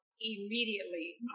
immediately